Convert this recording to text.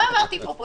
לא אמרתי פופוליסטי.